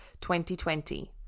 2020